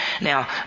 Now